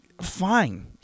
fine